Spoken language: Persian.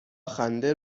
خنده